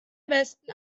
westen